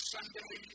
Sunday